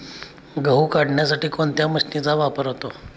गहू काढण्यासाठी कोणत्या मशीनचा वापर होतो?